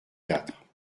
quatre